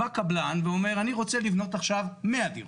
בא קבלן ואומר אני רוצה לבנות עכשיו 100 דירות.